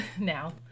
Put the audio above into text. now